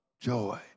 joy